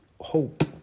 hope